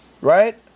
right